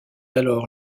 alors